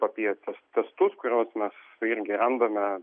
apie tuos testus kuriuos mes irgi randame